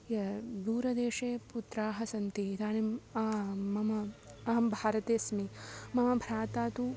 य दूरदेशे पुत्राः सन्ति इदनीम् अहं मम अहं भारते अस्मि मम भ्राता तु